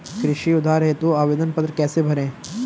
कृषि उधार हेतु आवेदन पत्र कैसे भरें?